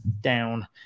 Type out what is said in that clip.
down